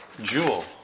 jewel